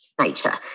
nature